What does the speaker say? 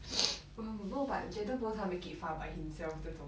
no but gentle bones make it far by himself 这种